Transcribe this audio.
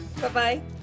Bye-bye